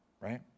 right